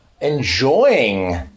enjoying